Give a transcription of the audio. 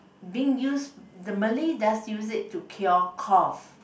being used the Malay does use it to cure cough